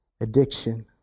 addiction